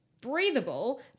Breathable